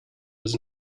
was